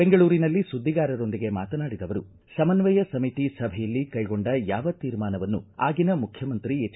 ಬೆಂಗಳೂರಿನಲ್ಲಿ ಸುದ್ದಿಗಾರೊಂದಿಗೆ ಮಾತನಾಡಿದ ಅವರು ಸಮನ್ವಯ ಸಮಿತಿ ಸಭೆಯಲ್ಲಿ ಕೈಗೊಂಡ ಯಾವ ಶೀರ್ಮಾನವನ್ನೂ ಆಗಿನ ಮುಖ್ಯಮಂತ್ರಿ ಎಚ್